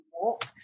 walk